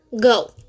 go